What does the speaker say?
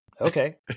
Okay